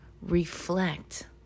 Reflect